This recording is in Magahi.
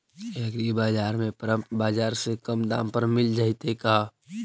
एग्रीबाजार में परमप बाजार से कम दाम पर मिल जैतै का?